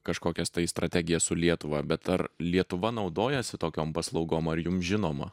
kažkokias tai strategijas su lietuva bet ar lietuva naudojasi tokiom paslaugom ar jum žinoma